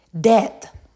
Death